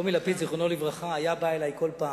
טומי לפיד, זיכרונו לברכה, היה בא אלי כל פעם,